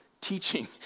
teaching